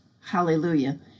Hallelujah